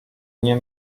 nie